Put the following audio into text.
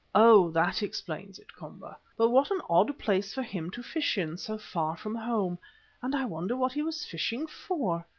oh! that explains it, komba. but what an odd place for him to fish in so far from home and i wonder what he was fishing for.